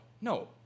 no